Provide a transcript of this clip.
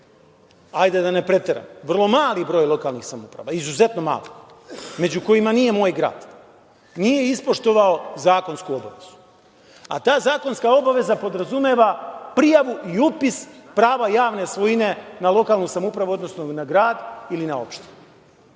hajde da ne preteram, vrlo mali broj lokalnih samouprava, izuzetno mali broj, među kojima nije moj grad, nije ispoštovao zakonsku obavezu. Ta zakonska obaveza podrazumeva prijavu i upis prava javne svojine na lokalnu samoupravu, odnosno na grad ili na opštinu. Umesto